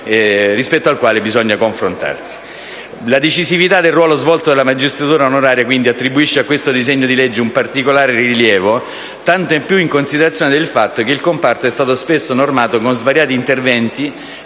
La decisività del ruolo svolto dalla magistratura onoraria, quindi, attribuisce a questo disegno di legge un particolare rilievo, tanto più in considerazione del fatto che il comparto è stato spesso normato con svariati interventi